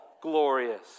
glorious